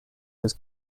was